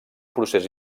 procés